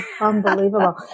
unbelievable